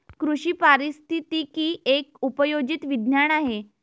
कृषी पारिस्थितिकी एक उपयोजित विज्ञान आहे